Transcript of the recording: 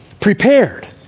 prepared